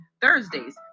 Thursdays